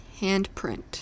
Handprint